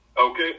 Okay